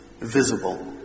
visible